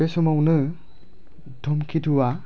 बे समावनो धुमकेतुया